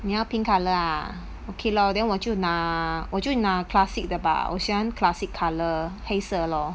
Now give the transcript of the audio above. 你要 pink colour ah okay lor then 我就拿我就拿 classic 的吧我喜欢 classic colour 黑色 lor